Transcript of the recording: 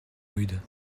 rude